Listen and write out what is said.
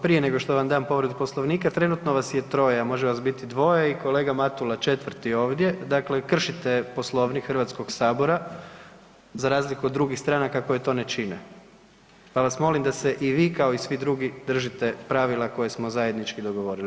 Prije nego što vam dam povredu Poslovnika, trenutno vas je troje, a može vas biti dvoje i kolega Matula četvrti ovdje, dakle kršite Poslovnik HS za razliku od drugih stranaka koje to ne čine, pa vas molim da se i vi kao i svi drugi držite pravila koje smo zajednički dogovorili.